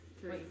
Three